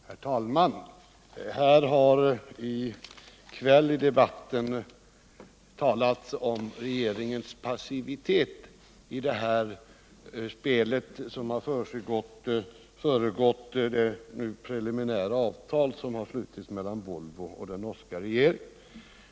Herr talman! Här har i kväll i debatten talats om regeringens passivitet i det spel som föregått det preliminära avtal som slutits mellan Volvo och den norska regeringen.